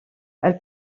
elle